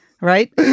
right